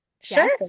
Sure